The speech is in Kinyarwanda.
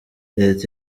leta